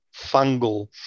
fungal